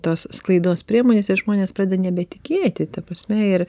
tos sklaidos priemonėse žmonės pradeda nebetikėti ta prasme ir